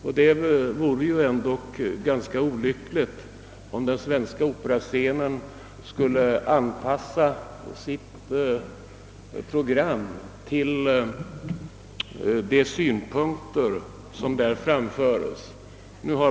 Men det vore ju olyckligt, om den svenska operascenen skulle anpassa sitt program till de synpunkter som där framföres.